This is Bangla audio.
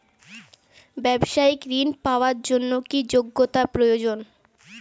ব্যবসায়িক ঋণ পাওয়ার জন্যে কি যোগ্যতা প্রয়োজন?